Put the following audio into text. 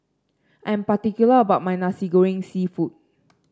I am particular about my Nasi Goreng seafood